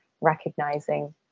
recognizing